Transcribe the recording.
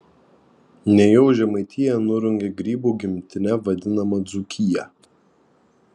nejau žemaitija nurungė grybų gimtine vadinamą dzūkiją